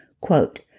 Quote